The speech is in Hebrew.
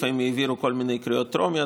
לפעמים העבירו כל מיני קריאות טרומיות,